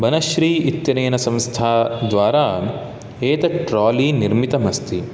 बनश्री इत्यनेन संस्थाद्वारा एतत् ट्रोलि निर्मितमस्ति